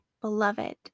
beloved